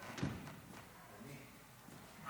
15 דקות לרשותך.